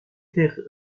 taire